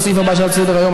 לסעיף הבא שעל סדר-היום,